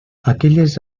aquelles